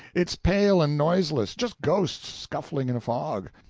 it's pale and noiseless just ghosts scuffling in a fog.